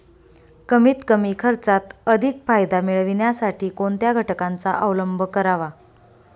कमीत कमी खर्चात अधिक फायदा मिळविण्यासाठी कोणत्या घटकांचा अवलंब करावा?